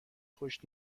خوش